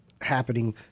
happening